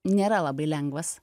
nėra labai lengvas